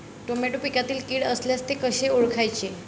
Tomato पिकातील कीड असल्यास ते कसे ओळखायचे?